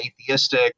atheistic